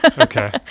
Okay